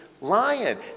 lion